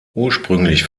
ursprünglich